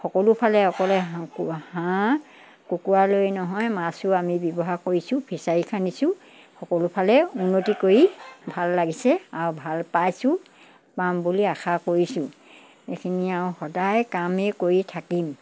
সকলোফালে অকলে হাঁহ হাঁহ কুকুৰালৈ নহয় মাছো আমি ব্যৱহাৰ কৰিছোঁ ফিছাৰী খান্দিছোঁ সকলোফালে উন্নতি কৰি ভাল লাগিছে আৰু ভাল পাইছোঁ পাম বুলি আশা কৰিছোঁ এইখিনি আৰু সদায় কামেই কৰি থাকিম